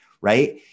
right